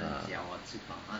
ah